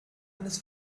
eines